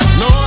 no